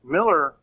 Miller